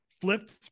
flipped